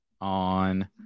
on